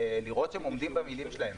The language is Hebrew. לראות שהם עומדים במילים שלהם.